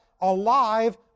alive